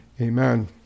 Amen